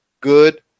good